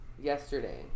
yesterday